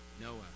Noah